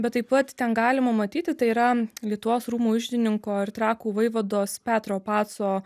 bet taip pat ten galima matyti tai yra lietuvos rūmų iždininko ir trakų vaivados petro paco